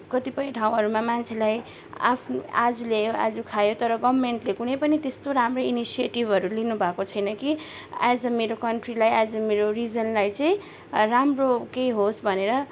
कतिपय ठाउँहरूमा मान्छेलाई आफ आज ल्यायो आज खायो तर गभर्मेन्टले कुनै पनि त्यस्तो राम्रो इनिसिएभहरू लिनुभएको छैन कि एज अ मेरो कन्ट्रीलाई एज अ मेरो रिजनलाई चाहिँ राम्रो केही होस् भनेर